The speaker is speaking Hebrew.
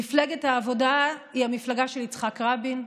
מפלגת העבודה היא המפלגה של יצחק רבין,